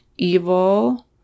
evil